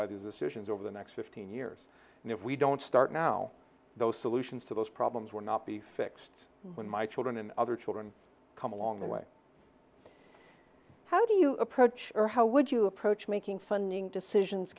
by these decisions over the next fifteen years and if we don't start now those solutions to those problems were not be fixed when my children and other children come along the way how do you approach or how would you approach making fun